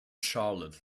charlotte